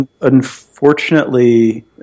unfortunately